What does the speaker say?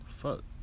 Fuck